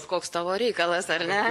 koks tavo reikalas ar ne